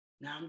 Now